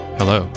hello